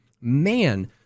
man